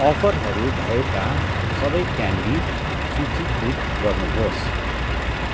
अफरहरू भएका सबै क्यान्डी सूचीकृत गर्नुहोस्